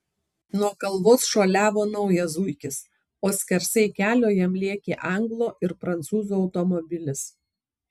nuo kalvos šuoliavo naujas zuikis o skersai kelio jam lėkė anglo ir prancūzo automobilis